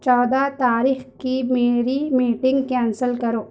چودہ تاریخ کی میری میٹنگ کینسل کرو